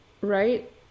right